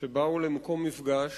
שבאו למקום מפגש